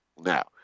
Now